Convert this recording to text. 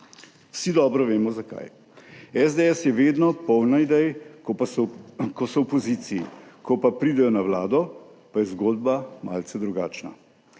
Vsi dobro vemo, zakaj. SDS je vedno polna idej, ko so v opoziciji, ko pa pridejo na Vlado, pa je zgodba malce drugačna.